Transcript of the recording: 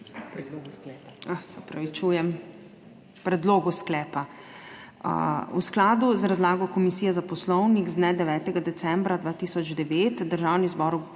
predlogu sklepa. V skladu z razlago Komisije za Poslovnik z dne 9. decembra 2009 Državni zbor